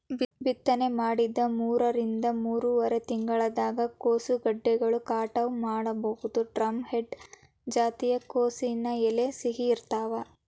ಬಿತ್ತನೆ ಮಾಡಿದ ಮೂರರಿಂದ ಮೂರುವರರಿ ತಿಂಗಳದಾಗ ಕೋಸುಗೆಡ್ಡೆಗಳನ್ನ ಕಟಾವ ಮಾಡಬೋದು, ಡ್ರಂಹೆಡ್ ಜಾತಿಯ ಕೋಸಿನ ಎಲೆ ಸಿಹಿ ಇರ್ತಾವ